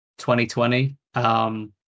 2020